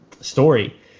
story